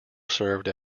serves